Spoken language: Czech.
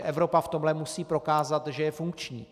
Evropa v tomhle musí prokázat, že je funkční.